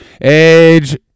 Age